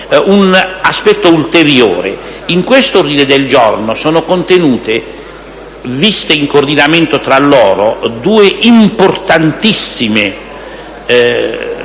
mi hanno rivolto. In questo ordine del giorno sono contenute, viste in coordinamento tra loro, due importantissime